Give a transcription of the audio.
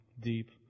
deep